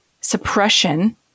suppression